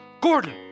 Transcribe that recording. Gordon